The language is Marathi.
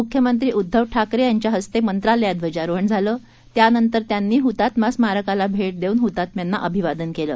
मुख्यमंत्री उद्वव ठाकरे यांच्या हस्ते मंत्रालयात ध्वजारोहण झालं त्यानंतर त्यांनी हृतात्मा स्मारकास भे देऊन हृतात्म्यांना अभिवादन केलं